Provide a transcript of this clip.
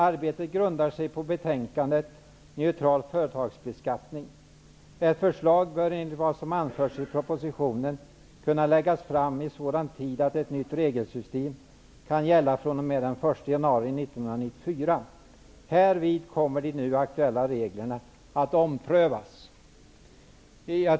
Arbetet grundar sig på betänkandet -- Neutral företagsbeskattning. Ett förslag bör enligt vad som anförs i propositionen kunna läggas fram i sådan tid att ett nytt regelsystem kan gälla fr.o.m. den 1 januari 1994. Härvid kommer de nu aktuella reglerna att omprövas.''